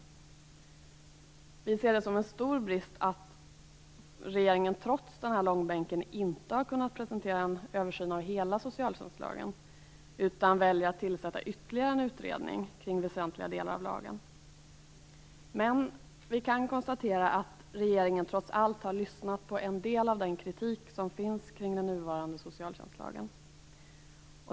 Vi moderater ser det som en stor brist att regeringen trots denna långbänk inte har kunnat presentera en översyn av hela socialtjänstlagen. I stället väljer regeringen att tillsätta ytterligare en utredning kring väsentliga delar av lagen. Vi kan dock konstatera att regeringen trots allt har lyssnat på en del av den kritik som förts fram mot den nuvarande socialtjänstlagen.